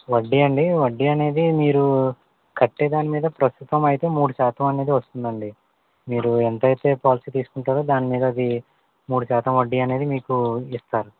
వడ్డీ అండి వడ్డీ అనేది మీరు కట్టే దాని మీద ప్రస్తుతం అయితే మూడు శాతం అనేది వస్తుదండి మీరు ఎంతైతే పాలసీ తీసుకుంటారో దాని మీద అది మూడు శాతం వడ్డీ అనేది మీకు ఇస్తారు